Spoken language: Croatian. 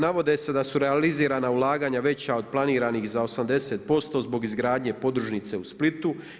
Navode se da su realizirana ulaganja veća od planiranih za 80% zbog izgradnje podružnice u Splitu.